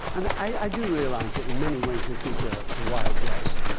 and i do realize that in many ways this is a the wild west.